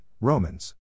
Romans